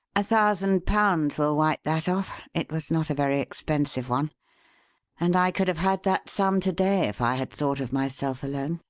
a thousand pounds will wipe that off it was not a very expensive one and i could have had that sum to-day if i had thought of myself alone.